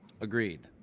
Agreed